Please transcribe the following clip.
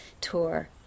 tour